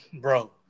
bro